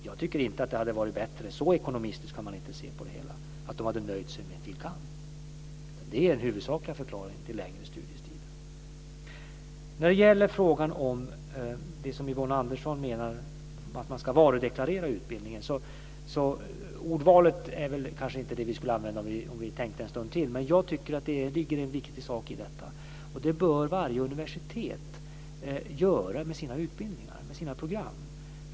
Jag tycker inte att det hade varit bättre - så ekonomistiskt kan man inte se på det hela - om studenterna hade nöjt sig med en fil. kand. Detta är den huvudsakliga förklaringen till att studietiderna har blivit längre. Yvonne Andersson tycker att utbildningarna ska varudeklareras. Det ordvalet kanske vi inte skulle använda om vi hade tänkt efter, men jag tycker att det ligger mycket i detta. Varje universitet bör varudeklarera sina program.